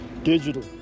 Digital